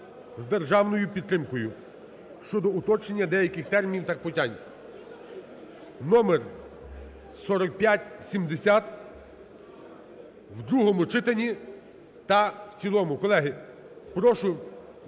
з державною підтримкою" (щодо уточнення деяких термінів та понять) (номер 4570) в другому читанні та в цілому. Колеги, прошу…